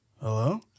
hello